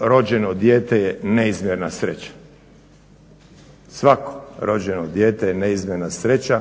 rođeno je oko 1100 djece. Svako rođeno dijete je neizmjerna sreća